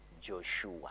Joshua